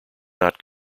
not